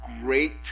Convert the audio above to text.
great